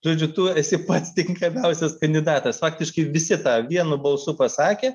žodžiu tu esi pats tinkamiausias kandidatas faktiškai visi tą vienu balsu pasakė